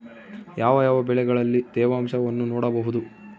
ಯಾವ ಯಾವ ಬೆಳೆಗಳಲ್ಲಿ ತೇವಾಂಶವನ್ನು ನೋಡಬಹುದು?